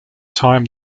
time